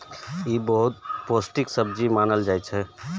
ई बहुत पौष्टिक सब्जी मानल जाइ छै